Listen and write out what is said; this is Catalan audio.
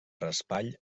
raspall